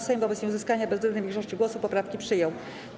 Sejm wobec nieuzyskania bezwzględnej większości głosów poprawki przyjął.